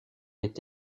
est